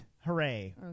Hooray